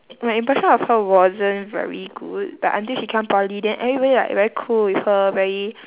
my impression of her wasn't very good but until she come poly then everybody like very cool with her very